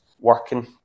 working